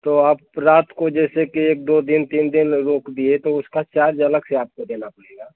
तो आप रात को जैसे कि एक दो दिन तीन दिन रोक दिए तो उसका चार्ज अलग से आपको देना पड़ेगा